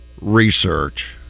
research